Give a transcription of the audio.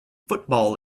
football